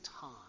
time